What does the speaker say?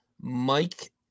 Mike